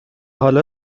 حالا